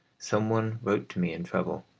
some one wrote to me in trouble,